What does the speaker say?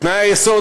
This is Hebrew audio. תנאי היסוד,